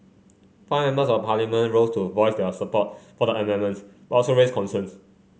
five members of parliament rose to voice their support for the amendments but also raised concerns